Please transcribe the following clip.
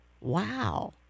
Wow